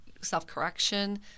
self-correction